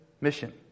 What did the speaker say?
mission